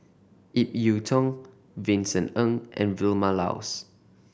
Ip Yiu Tung Vincent Ng and Vilma Laus